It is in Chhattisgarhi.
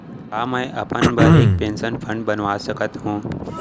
का मैं अपन बर एक पेंशन फण्ड बनवा सकत हो?